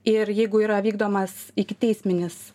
ir jeigu yra vykdomas ikiteisminis